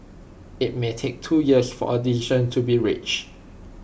IT may take two years for A decision to be reached